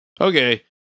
Okay